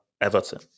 everton